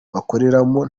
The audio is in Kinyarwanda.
bakoreramo